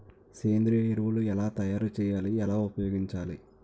సేంద్రీయ ఎరువులు ఎలా తయారు చేయాలి? ఎలా ఉపయోగించాలీ?